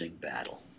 battle